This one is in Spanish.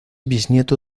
bisnieto